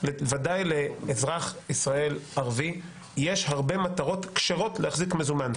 ודאי לאזרח ישראל ערבי יש הרבה מטרות כשרות להחזיק מזומן,